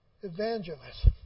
evangelist